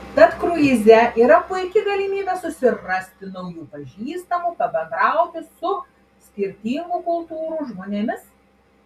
tad kruize yra puiki galimybė susirasti naujų pažįstamų pabendrauti su skirtingų kultūrų žmonėmis